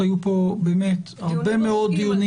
היו פה הרבה מאוד דיונים